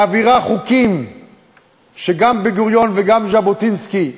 מעבירה חוקים שגם בן-גוריון וגם ז'בוטינסקי,